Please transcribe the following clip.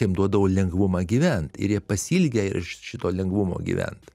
jiem duodavo lengvumą gyvent ir jie pasiilgę yra šito lengvumo gyvent